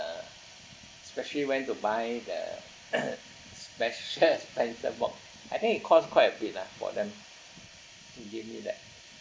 ~(uh) specially went to buy the special pencil box I think it cost quite a bit lah for them to gave me that